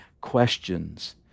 questions